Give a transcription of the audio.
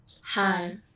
Hi